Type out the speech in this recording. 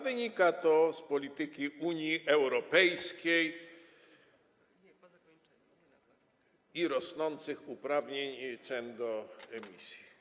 Wynika to z polityki Unii Europejskiej i rosnących uprawnień cen do emisji.